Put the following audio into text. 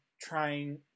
trying